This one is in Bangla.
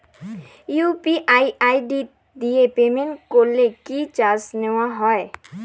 ইউ.পি.আই আই.ডি দিয়ে পেমেন্ট করলে কি চার্জ নেয়া হয়?